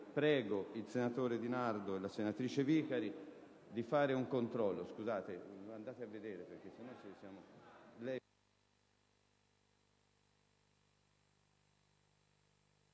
Invito il senatore Di Nardo e la senatrice Vicari ad effettuare un controllo